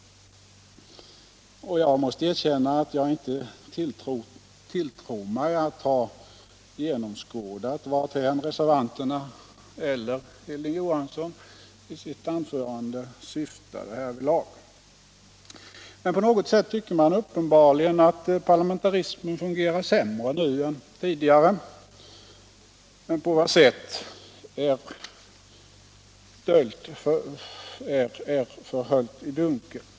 Jag måste erkänna att jag inte tilltror mig att ha genomskådat varthän reservationen eller Hilding Johanssons anförande syftar härvidlag. På något sätt tycker man uppenbarligen att parlamentarismen fungerar sämre nu än tidigare. Men på vad sätt förblir höljt i dunkel.